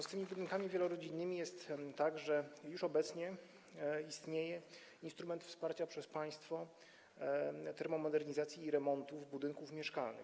Z tymi budynkami wielorodzinnymi jest tak, że już obecnie istnieje instrument wsparcia przez państwo termomodernizacji i remontów budynków mieszkalnych.